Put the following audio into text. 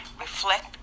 reflect